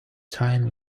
time